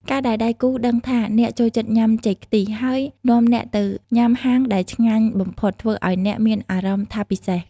ការដែលដៃគូដឹងថាអ្នកចូលចិត្តញ៉ាំ "ចេកខ្ទិះ" ហើយនាំអ្នកទៅញ៉ាំហាងដែលឆ្ងាញ់បំផុត ធ្វើឱ្យអ្នកមានអារម្មណ៍ថាពិសេស។